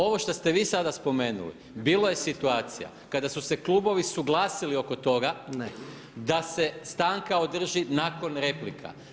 Ovo što ste vi sada spomenuli bilo je situacija kada su se klubovi suglasili oko toga da se stanka održi nakon replika.